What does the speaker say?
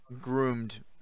groomed